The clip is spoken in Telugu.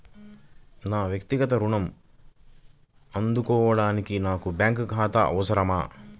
నా వక్తిగత ఋణం అందుకోడానికి నాకు బ్యాంక్ ఖాతా అవసరమా?